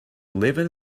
living